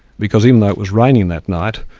because even though it was raining that night,